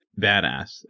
badass